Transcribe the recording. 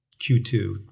Q2